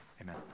Amen